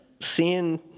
seeing